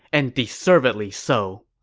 and deservedly so!